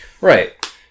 Right